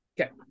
Okay